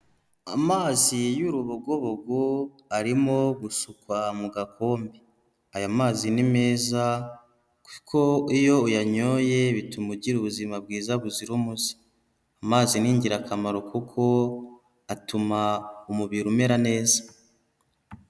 Amazi y'urubogobogo arimo gusukwa mu gakombe aya mazi ni meza kwiko iyo uyanyoye bituma ugira ubuzima bwiza buzira umuze amazi n'ingirakamaro kuko atuma umubiri umera neza.